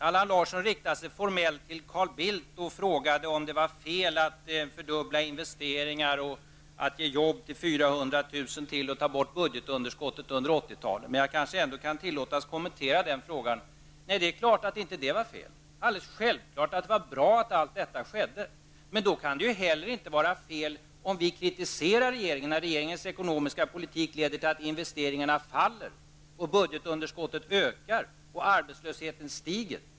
Allan Larsson riktade sig formellt till Carl Bildt och frågade om det var fel att fördubbla investeringarna, att ge jobb åt 400 000 till och att ta bort budgetunderskottet under 80-talet. Jag kanske ändå kan tillåtas kommentera den saken. Nej, det är klart att det inte var fel att göra det. Det är alldeles självklart att det är bra att allt detta skedde. Men då kan det heller inte vara fel om vi kritiserar regeringen när regeringens ekonomiska politik leder till att investeringarna minskar, till att budgetunderskottet ökar och till att arbetslösheten stiger.